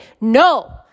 No